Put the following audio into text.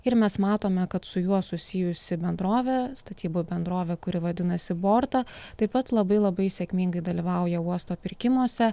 ir mes matome kad su juo susijusi bendrovė statybų bendrovė kuri vadinasi borta taip pat labai labai sėkmingai dalyvauja uosto pirkimuose